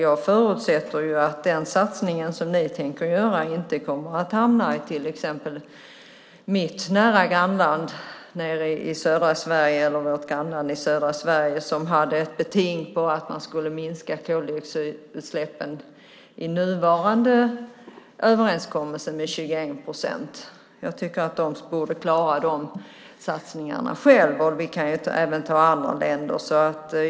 Jag förutsätter att den satsning som ni tänker göra inte kommer att hamna i till exempel södra Sveriges nära grannland, som enligt nuvarande överenskommelse har ett beting att minska koldioxidutsläppen med 21 procent. Jag tycker att de borde klara de satsningarna själva. Jag kan även ta andra länder som exempel.